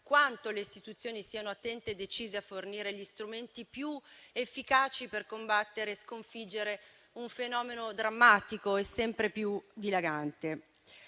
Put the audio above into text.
quanto le istituzioni siano attente e decise a fornire gli strumenti più efficaci per combattere e sconfiggere un fenomeno drammatico e sempre più dilagante.